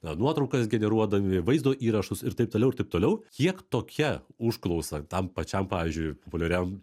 na nuotraukas generuodami vaizdo įrašus ir taip toliau ir taip toliau kiek tokia užklausa tam pačiam pavyzdžiui populiariam